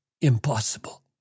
impossible